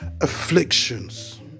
afflictions